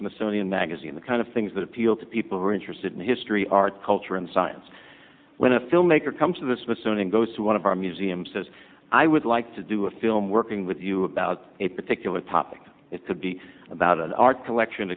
smithsonian magazine the kind of things that appeal to people who are interested in history art culture and science when a filmmaker comes to the smithsonian goes to one of our museum says i would like to do a film working with you about a particular topic it could be about an art collection